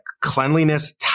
cleanliness